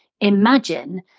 imagine